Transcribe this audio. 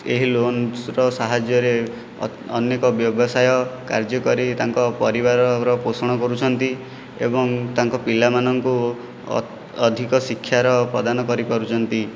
ଏହି ଲୋନ୍ସର ସାହାଯ୍ୟରେ ଅନେକ ବ୍ୟବସାୟ କାର୍ଯ୍ୟ କରି ତାଙ୍କ ପରିବାରର ପୋଷଣ କରୁଛନ୍ତି ଏବଂ ତାଙ୍କ ପିଲାମାନଙ୍କୁ ଅଧିକ ଶିକ୍ଷାର ପ୍ରଦାନ କରିପାରୁଛନ୍ତି